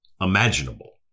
imaginable